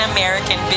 American